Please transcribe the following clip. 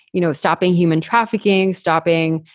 you know, stopping human trafficking, stopping,